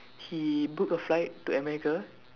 he book a flight to America